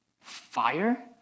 Fire